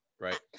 right